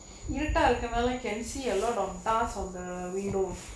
இருட்டா இருக்கனால:iruttaa irukanaala can see a lot of task on the windows